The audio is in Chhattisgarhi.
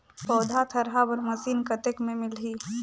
पौधा थरहा बर मशीन कतेक मे मिलही?